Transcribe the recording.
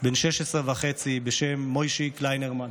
בן 16.5 בשם מוישי קליינרמן.